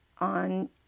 on